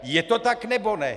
Je to tak, nebo ne?